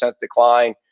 decline